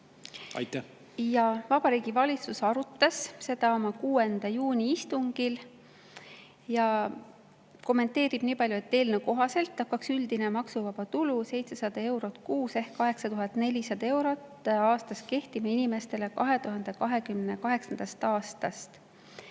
Vabariigi Valitsus arutas seda oma 6. juuni istungil ja kommenteerib nii palju, et eelnõu kohaselt hakkaks üldine maksuvaba tulu 700 eurot kuus ehk 8400 eurot aastas kehtima inimestele 2028. aastast.